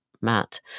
Matt